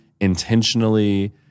intentionally